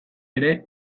ere